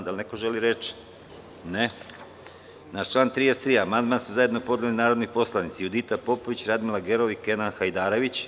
Da li neko želi reč? (Ne.) Na član 33. amandman su zajedno podneli narodni poslanici Judita Popović, Radmila Gerov i Kenan Hajdarević.